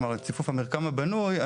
כלומר ציפוף המרקם הבנוי,